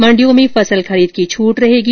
मंडियों में फसल खरीद की छूट रहेगी